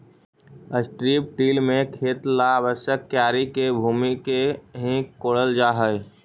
strip till में खेत ला आवश्यक क्यारी के भूमि के ही कोड़ल जा हई